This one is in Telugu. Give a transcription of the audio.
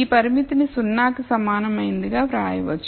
ఈ పరిమితిని 0 కి సమానమైనదిగా వ్రాయవచ్చు